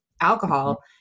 alcohol